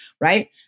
right